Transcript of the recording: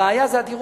הראיה היא הדירות.